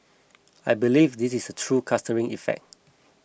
I believe this is a true clustering effect